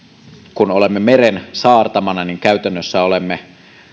kun olemme meren saartamana niin käytännössä olemme